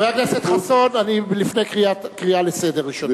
חבר הכנסת חסון, אני לפני קריאה לסדר ראשונה.